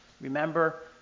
Remember